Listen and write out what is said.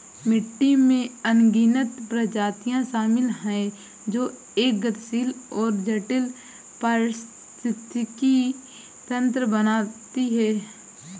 मिट्टी में अनगिनत प्रजातियां शामिल हैं जो एक गतिशील और जटिल पारिस्थितिकी तंत्र बनाती हैं